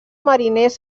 mariners